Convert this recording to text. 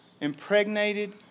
impregnated